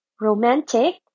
romantic